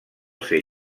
ser